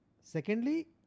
Secondly